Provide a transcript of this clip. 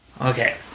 okay